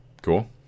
Cool